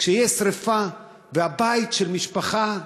כשיש שרפה בבית של משפחה,